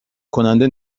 کننده